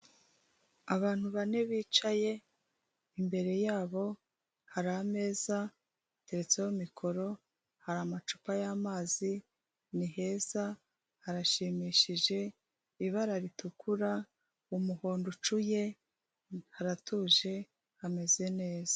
Abantu bane bicaye, imbere yabo hari ameza ateretseho mikoro; hari amacupa y'amazi, ni heza, harashimishije, ibara ritukura, umuhondo ucuye, haratuje, hameze neza.